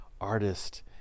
artist